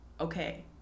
Okay